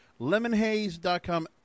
lemonhaze.com